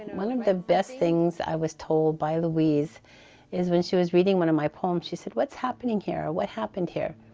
and one of the best things i was told by louise is, when she was reading one of my poems, she said, what's happening here, or what happened here?